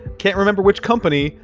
can't remember which company,